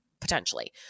Potentially